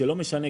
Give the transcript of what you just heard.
שלא משנה,